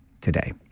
today